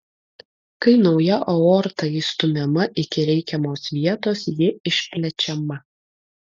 kai nauja aorta įstumiama iki reikiamos vietos ji išplečiama